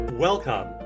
Welcome